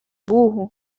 burro